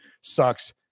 sucks